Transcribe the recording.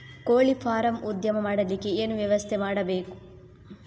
ಕೋಳಿ ಫಾರಂ ಉದ್ಯಮ ಮಾಡಲಿಕ್ಕೆ ಏನು ವ್ಯವಸ್ಥೆ ಮಾಡಬೇಕು?